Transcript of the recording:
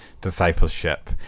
discipleship